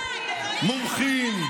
מומחים,